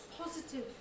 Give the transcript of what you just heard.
positive